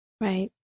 Right